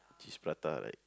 cheese prata right